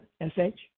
S-H